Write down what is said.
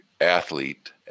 athlete